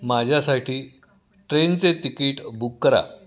माझ्यासाठी ट्रेनचे ticket book करा